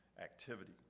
activity